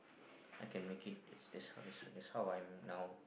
I can make a state that's how that's how I'm now